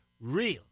real